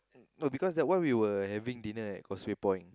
no because that one we were having dinner at Causeway-Point